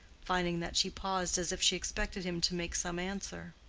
finding that she paused as if she expected him to make some answer.